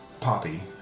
Poppy